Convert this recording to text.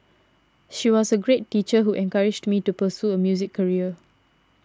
she was a great teacher who encouraged me to pursue a music career